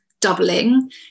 doubling